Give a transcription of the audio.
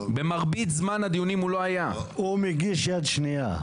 הוא מגיש יד שנייה.